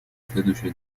следующее